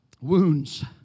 Wounds